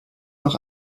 noch